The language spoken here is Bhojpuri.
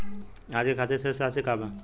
आज के खातिर शेष राशि का बा?